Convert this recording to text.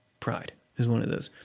pride is one of those.